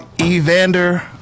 Evander